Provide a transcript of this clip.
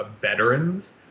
veterans